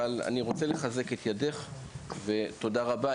אבל אני רוצה לחזק את ידך, ותודה רבה.